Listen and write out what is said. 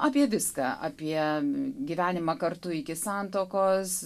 apie viską apie gyvenimą kartu iki santuokos